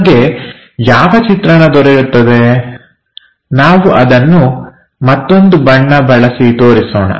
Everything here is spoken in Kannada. ನಮಗೆ ಯಾವ ಚಿತ್ರಣ ದೊರೆಯುತ್ತದೆ ನಾವು ಅದನ್ನು ಮತ್ತೊಂದು ಬಣ್ಣ ಬಳಸಿ ತೋರಿಸೋಣ